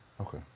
Okay